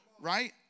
Right